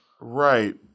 Right